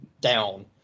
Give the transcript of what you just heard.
down